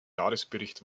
jahresbericht